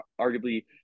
arguably